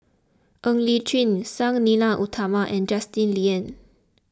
Ng Li Chin Sang Nila Utama and Justin Lean